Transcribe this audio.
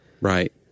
Right